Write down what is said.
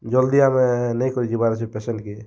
ଜଲ୍ଦି ଆମେ ନେଇକରି ଯିବାର୍ ଅଛେ ପେସେଣ୍ଟ୍ କେ